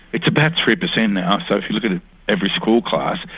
it's about three percent now, so if you look at at every school class,